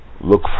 look